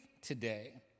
today